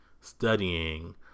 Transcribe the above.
studying